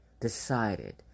decided